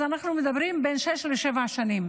אז אנחנו מדברים על בין שש לשבע שנים.